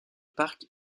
parc